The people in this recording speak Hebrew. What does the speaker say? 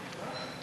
עמיתי חברי הכנסת,